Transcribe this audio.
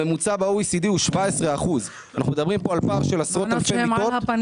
הממוצע ב-OECD הוא 17%. אנחנו מדברים על פער של עשרות אלפי מיטות.